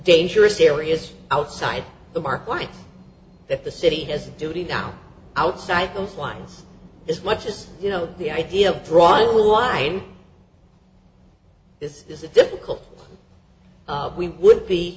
dangerous areas outside the mark why that the city has a duty now outside those lines as much as you know the idea of drawing the line this is a difficult we would be